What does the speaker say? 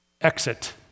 Exit